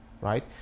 right